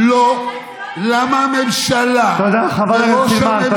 לא יצא עדיין, תודה, חברת הכנסת סילמן.